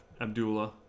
Abdullah